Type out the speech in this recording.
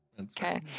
Okay